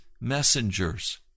messengers